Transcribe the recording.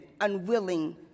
unwilling